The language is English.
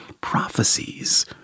prophecies